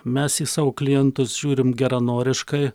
mes į savo klientus žiūrim geranoriškai